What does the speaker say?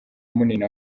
munini